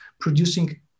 producing